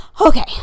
Okay